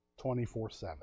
24-7